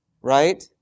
right